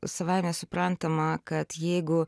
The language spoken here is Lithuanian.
savaime suprantama kad jeigu